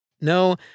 no